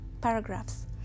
paragraphs